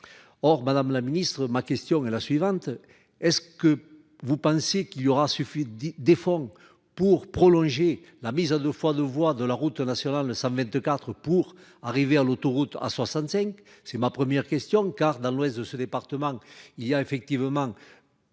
Or, madame la ministre ma question est la suivante, est-ce que vous pensez qu'il y aura suffi dit des fonds pour prolonger la mise à 2 fois 2 voies de la route nationale 124 pour arriver à l'autoroute A65.